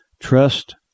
trust